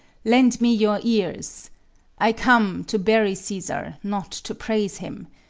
lend me your ears i come to bury caesar, not to praise him.